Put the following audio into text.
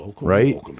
right